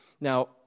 Now